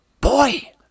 Boy